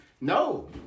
no